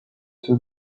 two